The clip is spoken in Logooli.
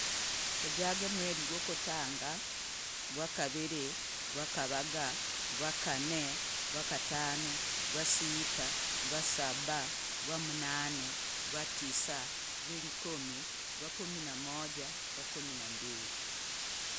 Kujage mweri gwukutanga, gwakaviri, gwakavaga, gwakane, gwakatano, gwasita, gwasaba, geamnane, gwatisa, gwirikomi, gwakumi na moja, gwakumi na mbiri.